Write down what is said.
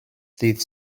ddydd